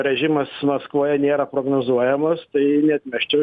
režimas maskvoje nėra prognozuojamas tai neatmesčiau